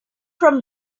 from